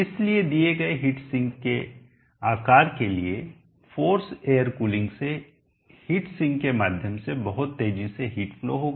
इसलिए दिए गए हीट सिंक के आकार के लिए फोर्स एयर कूलिंग से हीट सिंक के माध्यम से बहुत तेजी से हीट फ्लो होगा